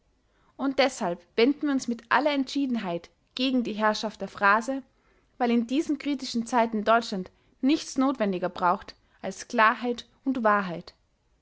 und deshalb wenden wir uns mit aller entschiedenheit gegen die herrschaft der phrase weil in diesen kritischen zeiten deutschland nichts notwendiger braucht als klarheit und wahrheit